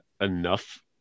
enough